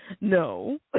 No